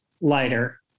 lighter